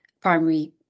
primary